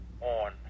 on